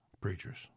preachers